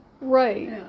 Right